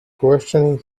questioning